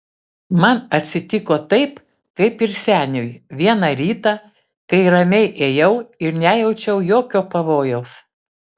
man atsitiko taip kaip ir seniui vieną rytą kai ramiai ėjau ir nejaučiau jokio pavojaus